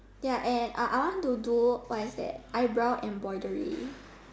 ya and I I want to do what is that eyebrow embroidery